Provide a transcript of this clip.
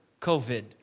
COVID